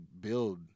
build